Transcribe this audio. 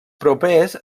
propers